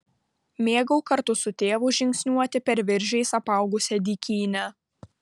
mėgau kartu su tėvu žingsniuoti per viržiais apaugusią dykynę